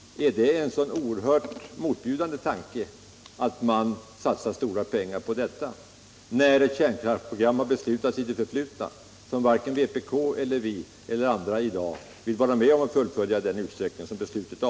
Är det en så oerhört motbjudande tanke att satsa stora pengar på detta, när ett kärnkraftsprogram har be — Nr 45 slutats i det förflutna som varken vpk eller vi eller andra i dag vill vara